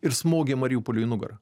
ir smogė mariupoliui į nugarą